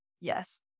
yes